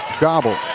Gobble